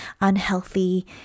unhealthy